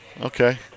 Okay